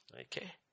Okay